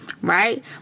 right